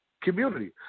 community